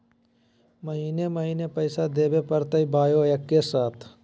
महीने महीने पैसा देवे परते बोया एके साथ?